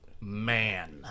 Man